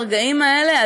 ברגעים האלה,